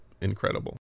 incredible